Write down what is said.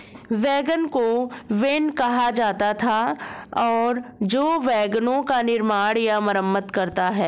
wagon को van कहा जाता था और जो वैगनों का निर्माण या मरम्मत करता है